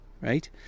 right